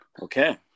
Okay